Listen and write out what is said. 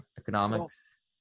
Economics